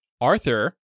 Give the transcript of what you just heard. Arthur